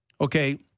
okay